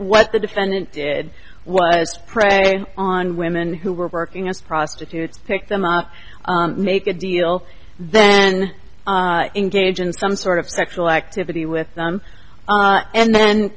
what the defendant did was preying on women who were working as prostitutes pick them up make a deal then engage in some sort of sexual activity with them and then